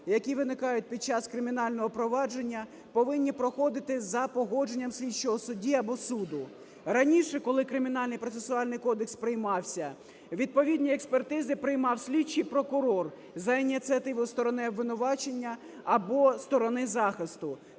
які виникають під час кримінального провадження, повинні проходити за погодженням слідчого судді або суду. Раніше, коли Кримінальний процесуальний кодекс приймався, відповідні експертизи приймав слідчий прокурор за ініціативою сторони обвинувачення або сторони захисту,